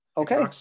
Okay